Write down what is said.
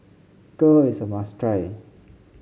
Kheer is a must try